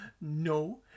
No